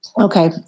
okay